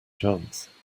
chance